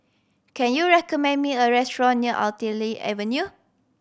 can you recommend me a restaurant near Artillery Avenue